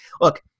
look